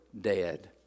dead